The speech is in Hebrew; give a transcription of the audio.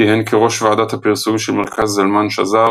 כיהן כראש ועדת הפרסומים של מרכז זלמן שזר